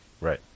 right